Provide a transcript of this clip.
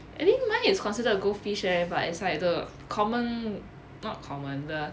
I think mine is considered a goldfish leh but it's like the common not common the